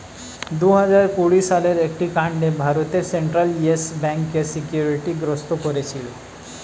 দুহাজার কুড়ি সালের একটি কাণ্ডে ভারতের সেন্ট্রাল ইয়েস ব্যাঙ্ককে সিকিউরিটি গ্রস্ত করেছিল